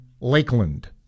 Lakeland